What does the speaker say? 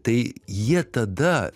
tai jie tada